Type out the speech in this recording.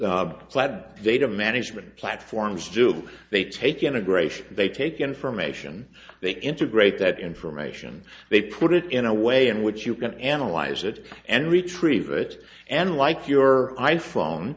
flight data management platforms do they take integration they take information they integrate that information they put it in a way in which you can analyze it and retrieve it and like your i phone